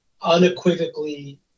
Unequivocally